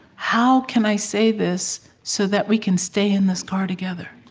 how can i say this so that we can stay in this car together,